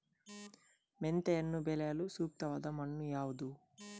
ಮೆಂತೆಯನ್ನು ಬೆಳೆಯಲು ಸೂಕ್ತವಾದ ಮಣ್ಣು ಯಾವುದು?